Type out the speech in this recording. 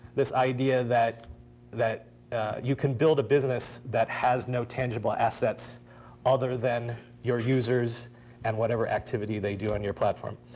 this idea that that you can build a business that has no tangible assets other than your users and whatever activity they do on your platform.